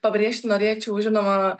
pabrėžti norėčiau žinoma